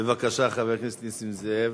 בבקשה, חבר הכנסת נסים זאב.